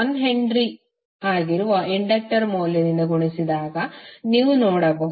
1H ಆಗಿರುವ inductor ಮೌಲ್ಯದಿಂದ ಗುಣಿಸಿದಾಗ ನೀವು ನೋಡಬಹುದು